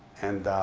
and